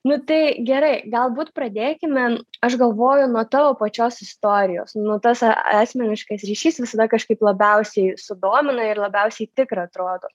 nu tai gerai galbūt pradėkime aš galvoju nuo tavo pačios istorijos nu tas asmeniškas ryšys visada kažkaip labiausiai sudomina ir labiausiai tikra atrodo